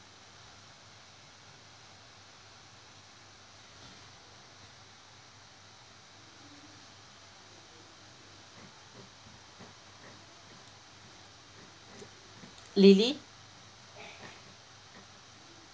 lily